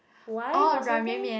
wife or something